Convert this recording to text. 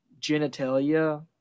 genitalia